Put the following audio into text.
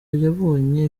yabonye